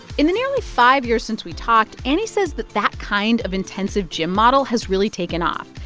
in the nearly five years since we talked, annie says that that kind of intensive gym model has really taken off.